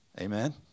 Amen